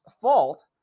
fault